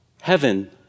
Heaven